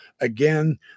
again